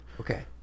Okay